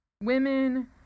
Women